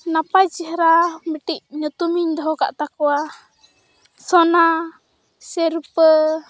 ᱱᱟᱯᱟᱭ ᱪᱮᱦᱨᱟ ᱢᱤᱴᱤᱡ ᱧᱩᱛᱩᱢᱤᱧ ᱫᱚᱦᱚᱠᱟᱫ ᱛᱟᱠᱚᱣᱟ ᱥᱚᱱᱟ ᱥᱮ ᱨᱩᱯᱟᱹ